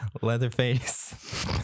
Leatherface